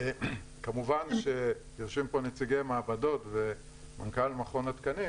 כמובן שיושבים פה נציגי מעבדות ומנכ"ל מכון התקנים